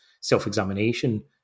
self-examination